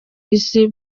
isi